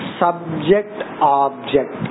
subject-object